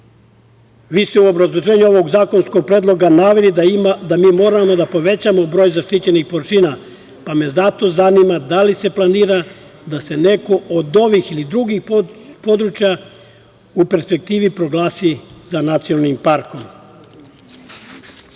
Vi ste u obrazloženju ovog zakonskog predloga naveli da mi moramo da povećamo broj zaštićenih površina, pa me zato zanima da li se planira da se neko od ovih ili drugih područja u perspektivi proglasi za nacionalni park? Druga